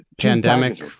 pandemic